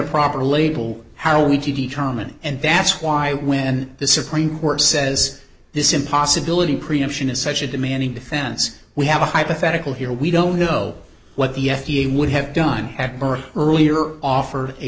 proper label how we determine and that's why when the supreme court says this impossibility preemption is such a demanding defense we have a hypothetical here we don't know what the f d a would have done at birth earlier offer a